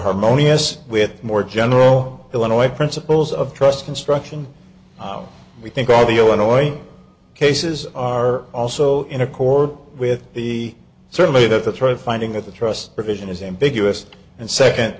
harmonious with more general illinois principles of trust construction we think all the illinois cases are also in accord with the certainly that's right finding that the trust provision is ambiguous and second